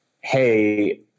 hey